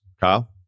Kyle